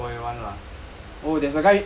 uh N four A one lah